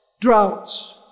Droughts